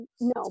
no